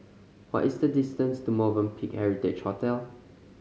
what is the distance to Movenpick Heritage Hotel